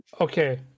okay